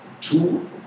Two